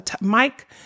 Mike